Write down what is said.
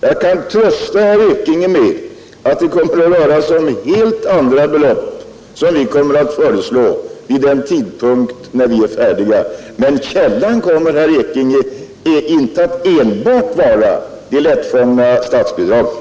Jag kan trösta herr Ekinge med att de belopp som vi då kommer att föreslå, kommer att vara av en helt annan storleksordning. Men källan, herr Ekinge, bör inte enbart vara statsbidragen.